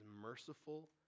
merciful